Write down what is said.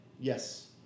Yes